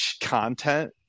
content